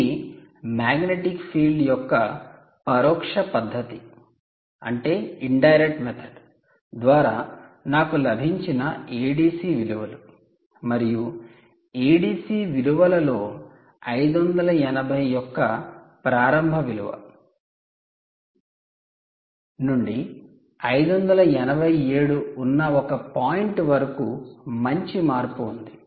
ఇవి magnetic field యొక్క పరోక్ష పద్ధతి ద్వారా నాకు లభించిన ADC విలువలు మరియు ADC విలువలలో 580 యొక్క ప్రారంభ విలువ నుండి 587 ఉన్న ఒక పాయింట్ వరకు మంచి మార్పు ఉంది